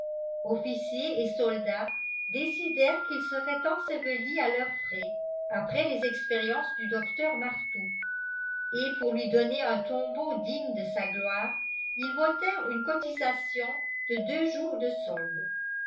officiers et soldats décidèrent qu'il serait enseveli à leurs frais après les expériences du docteur martout et pour lui donner un tombeau digne de sa gloire ils votèrent une cotisation de deux jours de solde